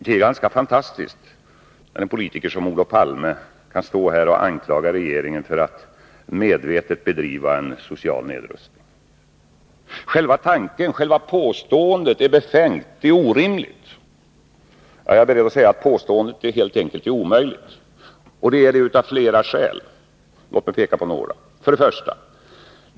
Det är ganska fantastiskt när en politiker som Olof Palme kan stå här och anklaga regeringen för att medvetet bedriva en social nedrustning. Själva påståendet är befängt. Jag är beredd att säga att det, av flera skäl, helt enkelt är omöjligt. Låt mig peka på några sådana skäl.